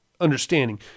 understanding